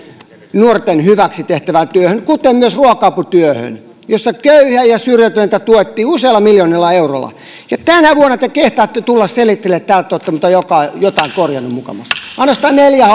nuorten hyväksi tehtävään työhön kuten myös ruoka aputyöhön jossa köyhiä ja syrjäytyneitä tuettiin useilla miljoonilla euroilla ja tänä vuonna te kehtaatte tulla selittelemään että täältä olette jotain korjannut mukamas ainoastaan neljä